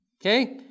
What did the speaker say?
Okay